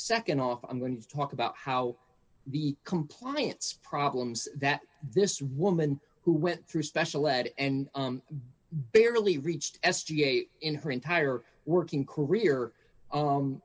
nd off i'm going to talk about how the compliance problems that this woman who went through special ed and barely reached s t a in her entire working career